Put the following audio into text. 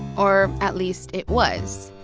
or at least it was.